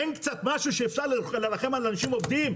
אין קצת משהו שאפשר לרחם על אנשים עובדים?